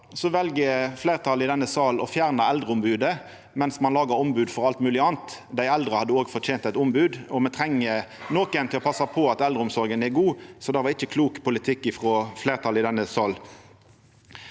det vel fleirtalet i denne salen å fjerna eldreombodet – mens ein lagar ombod for alt mogleg anna. Dei eldre hadde òg fortent eit ombod, for me treng nokon til å passa på at eldreomsorga er god, så det var ikkje klok politikk frå fleirtalet i denne salen.